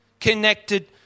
connected